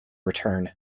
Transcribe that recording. return